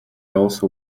also